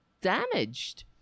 damaged